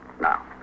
Now